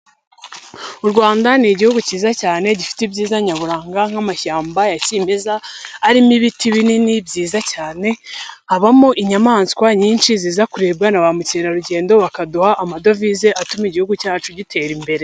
U Rwanda ni Igihugu cyiza cyane gifite ibyiza nyaburanga, nk'amashyamba ya kimeza arimo ibiti binini byiza cyane, abamo inyamaswa nyinshi ziza kurebwa na ba mukerarugendo bakaduha amadovize atuma Igihugu cyacu gitera imbere.